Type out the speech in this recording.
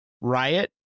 riot